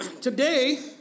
Today